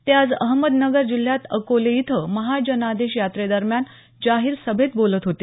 ते आज अहमदनगर जिल्ह्यात अकोले इथं महाजनादेश याट्रेदरम्यान जाहीर सभेत बोलत होते